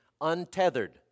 untethered